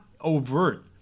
overt